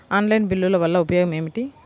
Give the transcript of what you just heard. Online బిల్లుల వల్ల ఉపయోగమేమిటీ?